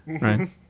right